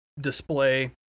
display